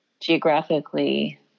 geographically